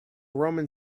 roman